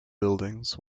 buildings